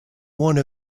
one